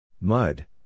Mud